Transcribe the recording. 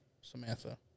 Samantha